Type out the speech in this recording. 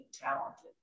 talented